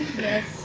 Yes